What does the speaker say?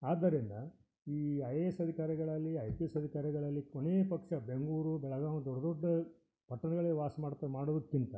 ಆದ್ದರಿಂದ ಈ I A S ಅಧಿಕಾರಿಗಳಾಗಲೀ ಐ ಪಿ ಎಸ್ ಅಧಿಕಾರಿಗಳಾಗಲೀ ಕೊನೇಯ ಪಕ್ಷ ಬೆಂಗಳೂರು ಬೆಳಗಾಮ್ ದೊಡ್ಡ ದೊಡ್ಡ ಪಟ್ಟಣಗಳಲ್ಲಿ ವಾಸ ಮಾಡ್ತಾ ಮಾಡೋದ್ಕಿಂತ